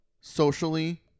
socially